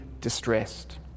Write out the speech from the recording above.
distressed